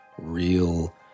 real